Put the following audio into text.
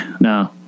no